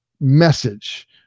message